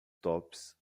tops